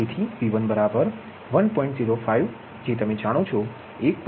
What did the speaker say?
05 છે એ તમે જાણો છો એટલે કે 1